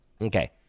Okay